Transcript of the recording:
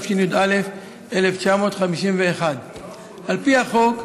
התשי"א 1951. על פי החוק,